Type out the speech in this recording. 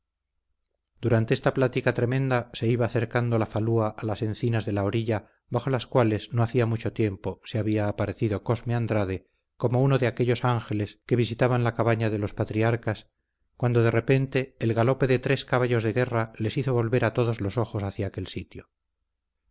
durante esta plática tremenda se iba acercando la falúa a las encinas de la orilla bajo las cuales no hacía mucho tiempo se había aparecido cosme andrade como uno de aquellos ángeles que visitaban la cabaña de los patriarcas cuando de repente el galope de tres caballos de guerra les hizo volver a todos los ojos hacia aquel sitio